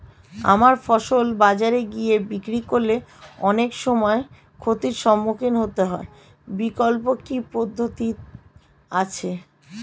আমার ফসল বাজারে গিয়ে বিক্রি করলে অনেক সময় ক্ষতির সম্মুখীন হতে হয় বিকল্প কি পদ্ধতি আছে?